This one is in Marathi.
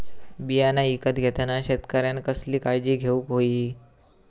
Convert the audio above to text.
बियाणा ईकत घेताना शेतकऱ्यानं कसली काळजी घेऊक होई?